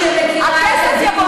הכסף, מה לא